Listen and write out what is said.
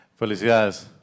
felicidades